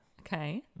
Okay